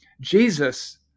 Jesus